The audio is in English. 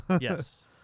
yes